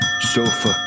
sofa